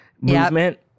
movement